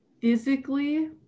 physically